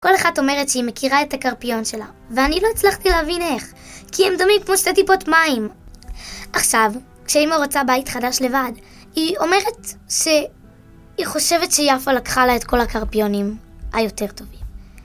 כל אחת אומרת שהיא מכירה את הקרפיון שלה, ואני לא הצלחתי להבין איך, כי הם דומים כמו שתי טיפות מים. עכשיו, כשאימא רוצה בית חדש לבד, היא אומרת שהיא חושבת שיפה לקחה לה את כל הקרפיונים היותר טובים.